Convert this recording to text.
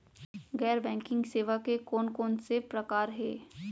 गैर बैंकिंग सेवा के कोन कोन से प्रकार हे?